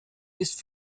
ist